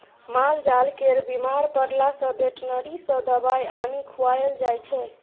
मालजाल केर बीमार परला सँ बेटनरी सँ दबाइ आनि खुआएल जाइ छै